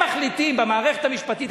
הם מחליטים במערכת המשפטית.